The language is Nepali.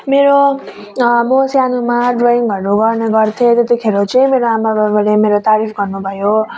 मेरो म सानोमा ड्रइङहरू गर्ने गर्थेँ र त्यतिखेर चाहिँ मेरो आमा बाबाले मेरो तारिफ गर्नु भयो